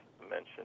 mentioned